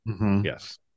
yes